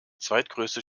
zweitgrößte